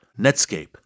Netscape